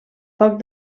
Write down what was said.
poc